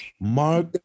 Mark